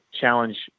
challenge